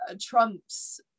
trumps